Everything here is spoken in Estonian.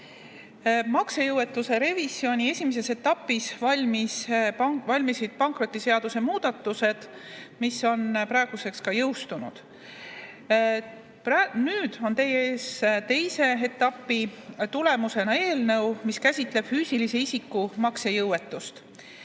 Maksejõuetuse revisjoni esimeses etapis valmisid pankrotiseaduse muudatused, mis on praeguseks ka jõustunud. Nüüd on teie ees teise etapi tulemusena eelnõu, mis käsitleb füüsilise isiku maksejõuetust.